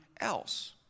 else